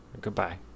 goodbye